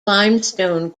limestone